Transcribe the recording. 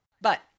But-